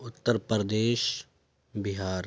Uttar Pradesh Bihar